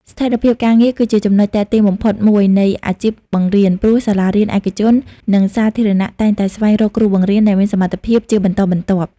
ស្ថិរភាពការងារគឺជាចំណុចទាក់ទាញបំផុតមួយនៃអាជីពបង្រៀន ព្រោះសាលារៀនឯកជន និងសាធារណៈតែងតែស្វែងរកគ្រូបង្រៀនដែលមានសមត្ថភាពជាបន្តបន្ទាប់។